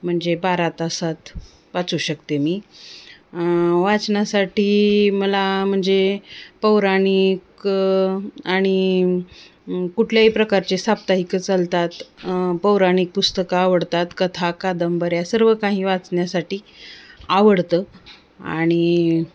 म्हणजे बारा तासात वाचू शकते मी वाचनासाठी मला म्हणजे पौराणिक आणि कुठल्याही प्रकारचे साप्ताहिक चालतात पौराणिक पुस्तकं आवडतात कथा कादंबऱ या सर्व काही वाचण्यासाठी आवडतं आणि